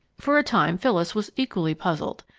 for a time, phyllis was equally puzzled.